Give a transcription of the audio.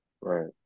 Right